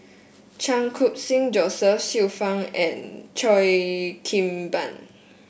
Chan Khun Sing Joseph Xiu Fang and Cheo Kim Ban